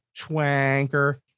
twanker